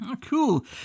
cool